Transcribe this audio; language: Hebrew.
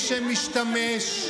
מי שמשתמט, יש בממשלה משתמטים.